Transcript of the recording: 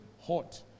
hot